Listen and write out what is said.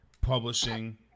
publishing